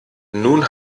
nun